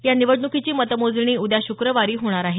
या निवडणुकीची मतमोजणी उद्या शुक्रवारी होणार आहे